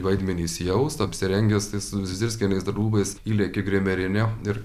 vaidmenį įsijaust apsirengęs tais zizirskienės rūbais įlėkiu į grimerinę ir